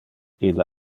ille